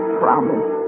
promise